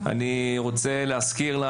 אני לא נרשם לאולפן.